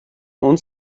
uns